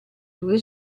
due